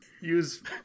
use